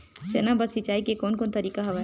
चना बर सिंचाई के कोन कोन तरीका हवय?